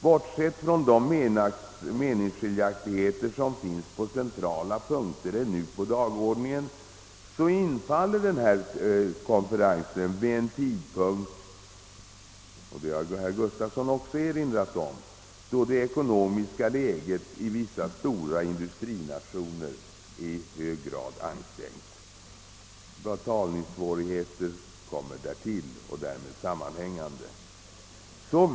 Bortsett från de meningsskiljaktigheter som föreligger på centrala punkter av dagordningen infaller denna konferens vid en tidpunkt — vilket herr Gustafson också erinrade om — då det ekonomiska läget i vissa stora industrinationer är hårt ansträngt. Därtill kommer betalningssvårigheter och därmed sammanhängande problem.